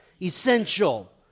Essential